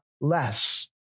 less